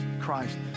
Christ